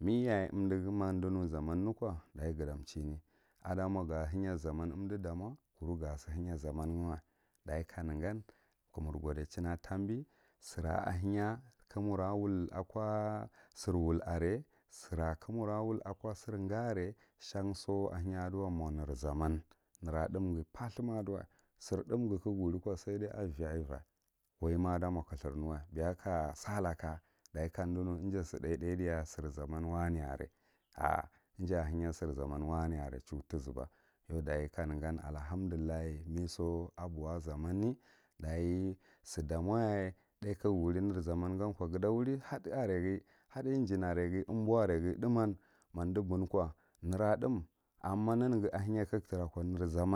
meyaye umdigu ma umdunu zamani ko dachi gatachini admo ga henya zaman umdi damo kuru ga sihenya zaman ngawa dachi kanegan ka mur godichin a tambi sira a henya ka mura wul akwo sir wul are sira ka mur wul ako sir ga are shan so ahenya aduwa mo ne zaman nera thúmghi pathurma adulwa sir thumghi kaga wuri ko saiddi a vi ava waima da mo kthurnewa beya ka salaka kamdinu ija sithá, tháh sir zaman wame are ‘ar” ija ahenya sir zaman wa ne are chan tizuba yau dachi allahamdullah mega aboh zamre dachi sidamoyaye thá ka ngha wuri ner zaman gan ko, gata wuri had inyen are ghi umboh areghi thúm man ma umdu bon ko ner zamman.